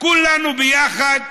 כולנו ביחד,